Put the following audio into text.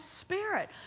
Spirit